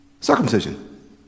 Circumcision